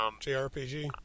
JRPG